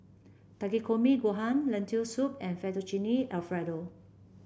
Takikomi Gohan Lentil Soup and Fettuccine Alfredo